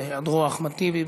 בהיעדרו, אחמד טיבי.